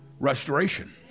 restoration